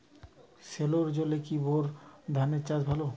সেলোর জলে কি বোর ধানের চাষ ভালো?